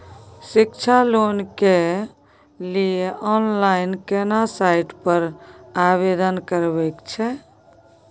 शिक्षा लोन के लिए ऑनलाइन केना साइट पर आवेदन करबैक छै?